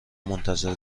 منتظر